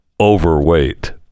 overweight